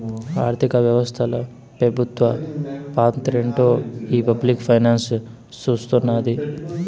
ఆర్థిక వ్యవస్తల పెబుత్వ పాత్రేంటో ఈ పబ్లిక్ ఫైనాన్స్ సూస్తున్నాది